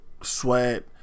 sweat